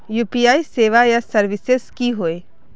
UPI सेवाएँ या services की होय?